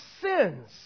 sins